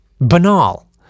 banal